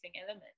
element